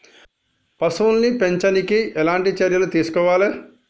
పశువుల్ని పెంచనీకి ఎట్లాంటి చర్యలు తీసుకోవాలే?